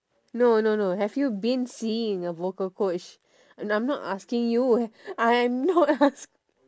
no no no have you been seeing a vocal coach I'm not asking you I'm not ask~